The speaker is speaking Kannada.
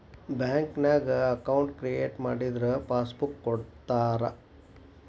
ಬ್ಯಾಂಕ್ನ್ಯಾಗ ಅಕೌಂಟ್ ಕ್ರಿಯೇಟ್ ಮಾಡಿದರ ಪಾಸಬುಕ್ ಕೊಡ್ತಾರಾ